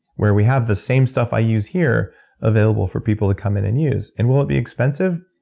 where we have the same stuff i use here available for people to come in and use. and will it be expensive?